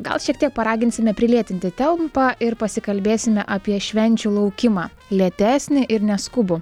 gal šiek tiek paraginsime prilėtinti tempą ir pasikalbėsime apie švenčių laukimą lėtesnį ir neskubų